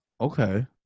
Okay